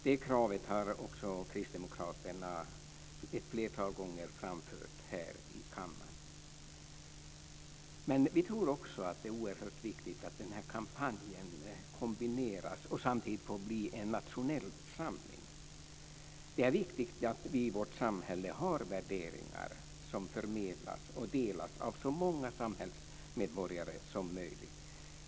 Detta krav har också kristdemokraterna framfört ett flertal gånger här i kammaren. Men vi tror också att det är oerhört viktigt att kampanjen kombineras och samtidigt får bli en nationell samling. Det är viktigt att vi i vårt samhälle har värderingar som förmedlas och som delas av så många samhällsmedborgare som möjligt.